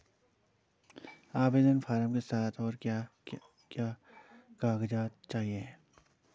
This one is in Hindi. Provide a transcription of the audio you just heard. आवेदन फार्म के साथ और क्या क्या कागज़ात चाहिए?